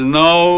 no